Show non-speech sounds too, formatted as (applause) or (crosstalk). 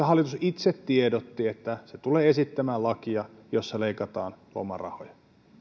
(unintelligible) hallitus itse tiedotti että se tulee esittämään lakia jossa leikataan lomarahoja